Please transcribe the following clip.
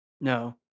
No